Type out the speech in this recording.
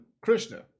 Krishna